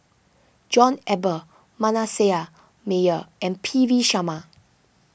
John Eber Manasseh Meyer and P V Sharma